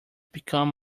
become